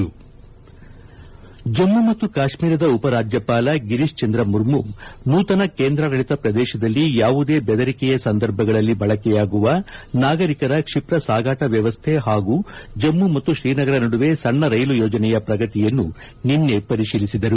ಸಾಂಪ್ ಜಮ್ಮ ಮತ್ತು ಕಾಶ್ಮೀರದ ಉಪರಾಜ್ಯಪಾಲ ಗಿರೀತ್ ಚಂದ್ರ ಮುರ್ಮ ನೂತನ ಕೇಂದ್ರಾಡಳತ ಪ್ರದೇಶದಲ್ಲಿ ಯಾವುದೇ ಬೆದರಿಕೆಯ ಸಂದರ್ಭಗಳಲ್ಲಿ ಬಳಕೆಯಾಗುವ ನಾಗರಿಕರ ಕ್ಷಿಪ್ರ ಸಾಗಾಟ ವ್ಯವಸ್ಥೆ ಹಾಗೂ ಜಮ್ನು ಮತ್ತು ಶ್ರೀನಗರ ನಡುವೆ ಸಣ್ಣ ರೈಲು ಯೋಜನೆಯ ಪ್ರಗತಿಯನ್ನು ನಿನ್ನೆ ಪರಿಶೀಲಿಸಿದರು